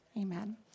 Amen